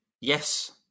Yes